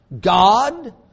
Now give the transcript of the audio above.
God